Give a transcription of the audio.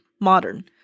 modern